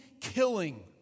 killing